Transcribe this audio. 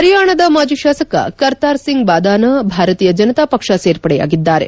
ಪರಿಯಾಣದ ಮಾಜಿ ಶಾಸಕ ಕರ್ತಾರ್ ಸಿಂಗ್ ಭಾದಾನ ಭಾರತೀಯ ಜನತಾ ಪಕ್ಷ ಸೇರ್ಪಡೆಯಾಗಿದ್ದಾರೆ